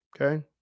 Okay